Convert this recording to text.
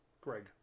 Greg